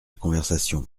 conversation